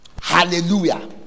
Hallelujah